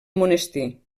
monestir